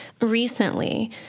recently